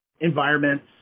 environments